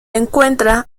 encuentra